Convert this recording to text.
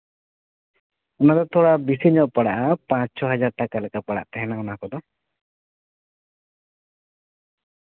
ᱚᱱᱟ ᱫᱚ ᱛᱷᱚᱲᱟ ᱵᱤᱥᱤ ᱧᱚᱜ ᱯᱟᱲᱟᱜᱼᱟ ᱯᱟᱸᱪᱼᱪᱷᱚ ᱦᱟᱡᱟᱨ ᱴᱟᱠᱟ ᱞᱮᱠᱟ ᱯᱟᱲᱟᱜ ᱛᱟᱦᱮᱸᱱᱟ ᱚᱱᱟ ᱠᱚᱫᱚ